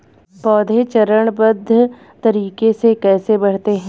पौधे चरणबद्ध तरीके से कैसे बढ़ते हैं?